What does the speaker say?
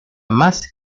más